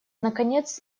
наконец